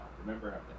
Remember